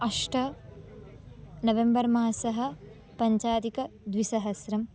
अष्ट नवेम्बर् मासः पञ्चाधिकद्विसहस्रं